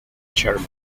chairman